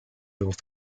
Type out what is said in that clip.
north